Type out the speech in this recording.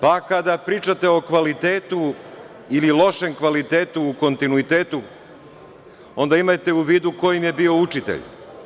Pa, kada pričate o kvalitetu ili lošem kvalitetu u kontinuitetu, onda imajte u vidu ko im je bio učitelj.